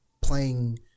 playing